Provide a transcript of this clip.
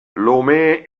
lomé